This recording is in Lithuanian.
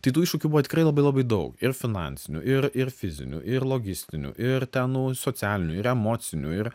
tai tų iššūkių buvo tikrai labai labai daug ir finansinių ir ir fizinių ir logistinių ir ten nu socialinių ir emocinių ir